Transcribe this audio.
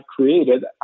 created